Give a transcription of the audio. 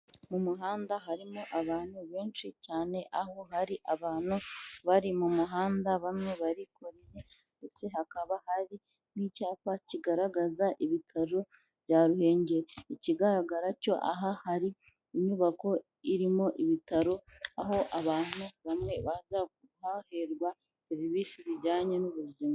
Mu muhanda harimo abantu benshi cyane, aho hari abantu bari mu muhanda bamwe barikoreye ndetse hakaba hari n'icyapa kigaragaza ibitaro bya Ruhengeri, ikigaragara cyo aha hari inyubako irimo ibitaro, aho abantu bamwe baza bakahaherwa serivisi zijyanye n'ubuzima.